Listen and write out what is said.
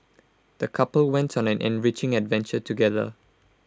the couple went on an enriching adventure together